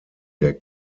der